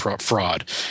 fraud